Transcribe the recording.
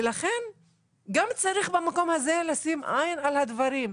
ולכן צריך גם במקום הזה לשים עין על הדברים.